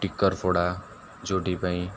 ଟିକରପଡ଼ା ଯେଉଁଠି ପାଇଁ